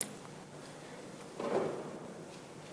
כשאנו רוצים להסביר לדורות שבאו לאחר השואה למה דווקא